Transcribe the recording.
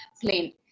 plain